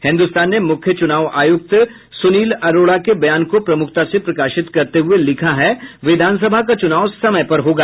हिन्दुस्तान ने मुख्य चुनाव आयुक्त सुनील अरोड़ा के बयान को प्रमुखता से प्रकाशित करते हुए लिखा है विधानसभा का चुनाव समय पर होगा